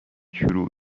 شروع